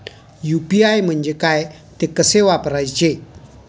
UPI म्हणजे काय, ते कसे वापरायचे?